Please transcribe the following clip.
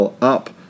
up